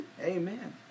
Amen